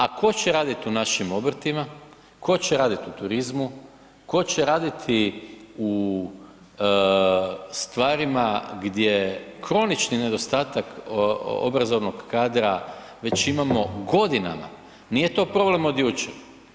A tko će radit u našim u obrtima, tko će radit u turizmu, tko će raditi u stvarima gdje kronični nedostatak obrazovnog kadra već imamo godinama, nije to problem od jučer.